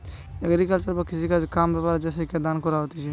agriculture বা কৃষিকাজ কাম ব্যাপারে যে শিক্ষা দান কইরা হতিছে